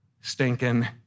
stinking